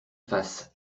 face